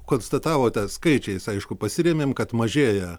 konstatavote skaičiais aišku pasirėmėm kad mažėja